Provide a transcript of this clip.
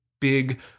big